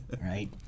right